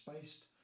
based